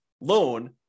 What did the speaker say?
loan